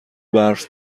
برف